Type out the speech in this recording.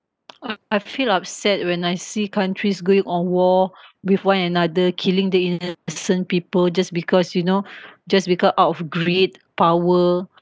uh I feel upset when I see countries going on war with one another killing the innocent people just because you know just because out of greed power